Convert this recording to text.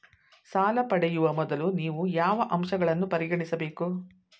ಸಾಲ ಪಡೆಯುವ ಮೊದಲು ನೀವು ಯಾವ ಅಂಶಗಳನ್ನು ಪರಿಗಣಿಸಬೇಕು?